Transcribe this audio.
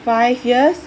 five years